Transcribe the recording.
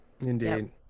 Indeed